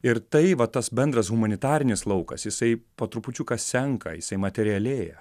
ir tai va tas bendras humanitarinis laukas jisai po trupučiuką senka jisai materialėja